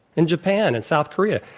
in japan, in south korea.